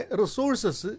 resources